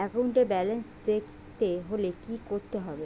একাউন্টের ব্যালান্স দেখতে হলে কি করতে হবে?